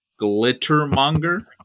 Glittermonger